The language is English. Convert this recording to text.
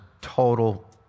total